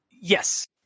yes